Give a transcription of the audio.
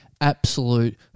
absolute